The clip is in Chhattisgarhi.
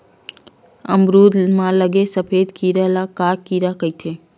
अमरूद म लगे सफेद कीरा ल का कीरा कइथे?